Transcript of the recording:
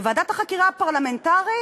ועדת החקירה הפרלמנטרית